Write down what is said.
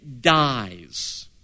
dies